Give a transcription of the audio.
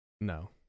No